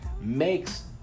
makes